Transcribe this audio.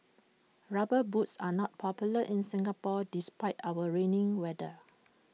rubber boots are not popular in Singapore despite our rainy weather